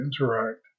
interact